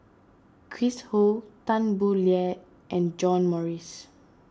Chris Ho Tan Boo Liat and John Morrice